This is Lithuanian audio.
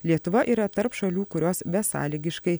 lietuva yra tarp šalių kurios besąlygiškai